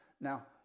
Now